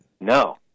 No